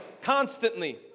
constantly